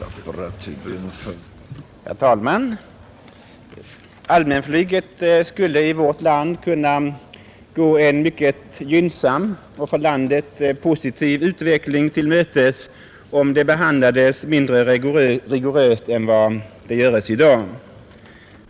Herr talman! Allmänflyget skulle i vårt land kunna gå en mycket gynnsam och för landet positiv utveckling till mötes om det behandlades mindre rigoröst är om görs i dag.